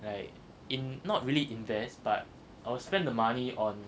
like in not really invest but I will spend the money on